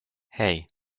hey